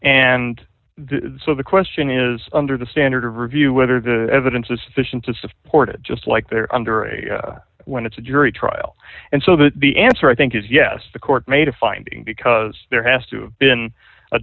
and so the question is under the standard of review whether the evidence is sufficient to support it just like there are under a when it's a jury trial and so the answer i think is yes the court made a finding because there has to